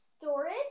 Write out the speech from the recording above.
storage